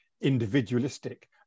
individualistic